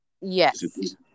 Yes